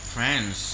Friends